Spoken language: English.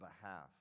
behalf